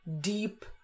deep